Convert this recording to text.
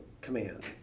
command